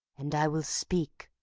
and i will speak,